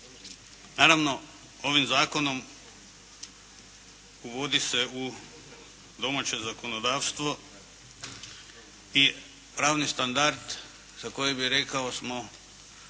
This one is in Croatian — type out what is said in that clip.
Naravno, ovim zakonom uvodi se u domaće zakonodavstvo i pravni standard za kojeg bih rekao smo